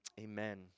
Amen